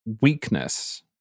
weakness